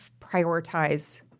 prioritize